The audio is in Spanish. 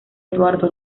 eduardo